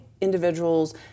individuals